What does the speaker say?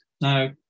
Now